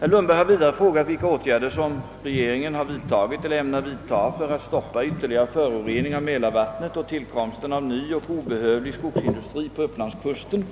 Herr Lundberg har vidare frågat vilka åtgärder regeringen har vidtagit eller ämnar vidtaga för att stoppa ytterligare förorening av mälarvattnet och tillkomsten av ny och obehövlig skogsindustri på upplandskusten,